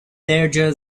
larger